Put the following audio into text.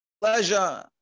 Pleasure